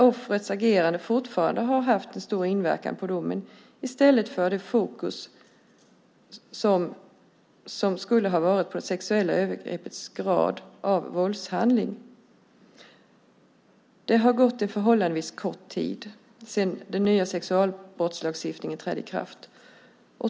Offrets agerande har fortfarande haft stor inverkan på domen i stället för det fokus som skulle ha varit på det sexuella övergreppets grad av våldshandling. Det har gått en förhållandevis kort tid sedan den nya sexualbrottslagstiftningen trädde i kraft.